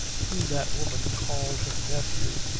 whom that woman called her nephew,